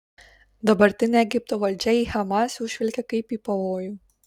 dabartinė egipto valdžia į hamas jau žvelgia kaip į pavojų